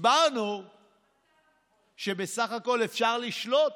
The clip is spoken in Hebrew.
הסברנו שבסך הכול אפשר לשלוט,